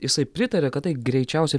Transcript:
jisai pritaria kad tai greičiausia